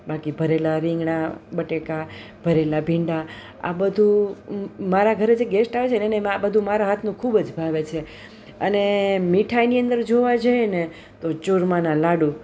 બાકી ભરેલાં રીંગણા બટેકા ભરેલાં ભીંડા આ બધું મારા ઘરે જે ગેસ્ટ આવે છે ને એને આ બધું મારા હાથનું ખૂબ જ ભાવે છે અને મીઠાઈની અંદર જોવા જઈએ ને તો ચૂરમાના લાડુ